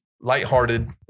lighthearted